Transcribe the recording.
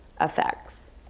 effects